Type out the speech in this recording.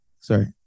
sorry